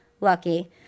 Lucky